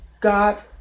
God